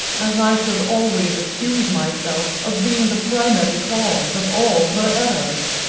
as i should always accuse myself of being the primary cause of all her errors.